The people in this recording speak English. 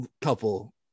couple